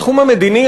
בתחום המדיני,